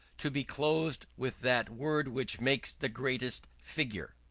to be closed with that word which makes the greatest figure.